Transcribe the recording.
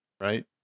right